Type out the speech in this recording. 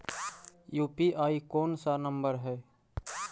UPI कोन सा number हैं?